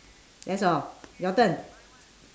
that's all your turn